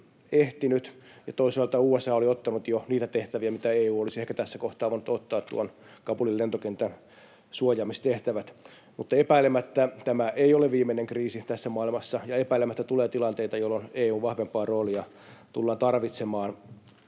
toisaalta USA oli jo ottanut niitä tehtäviä, mitä EU olisi ehkä tässä kohtaa voinut ottaa, Kabulin lentokentän suojaamistehtävät. Mutta epäilemättä tämä ei ole viimeinen kriisi tässä maailmassa, ja epäilemättä tulee tilanteita, joissa EU:n vahvempaa roolia tullaan tarvitsemaan